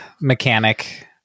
mechanic